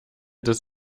des